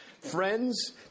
Friends